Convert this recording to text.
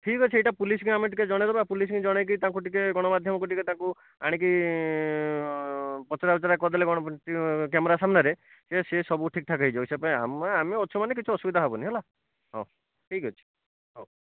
ଠିକ୍ ଅଛି ଏଇଟା ପୋଲିସକୁ ଆମେ ଟିକିଏ ଜଣାଇ ଦେବା ପୋଲିସଙ୍କୁ ଜଣାଇକି ତାଙ୍କୁ ଟିକିଏ ଗଣମାଧ୍ୟମକୁ ଟିକିଏ ତାକୁ ଆଣିକି ପଚରା ଉଚରା କରି ଦେଲେ କ'ଣ କ୍ୟାମେରା ସାମ୍ନାରେ ସେ ସେ ସବୁ ଠିକ୍ ଠାକ୍ ହୋଇଯିବ ସେ ପାଇଁ ଆମେ ଆମେ ଅଛୁ ମାନେ କିଛି ଅସୁବିଧା ହେବନି ହେଲା ହେଉ ଠିକ୍ ଅଛି ହେଉ